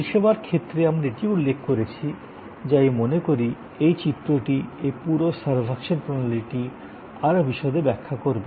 পরিষেবার ক্ষেত্রে আমরা এটিও উল্লেখ করেছি যে আমি মনে করি এই চিত্রটি এই পুরো সার্ভাকশান প্রণালীটি আরও বিশদে ব্যাখ্যা করবে